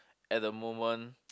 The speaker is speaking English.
at the moment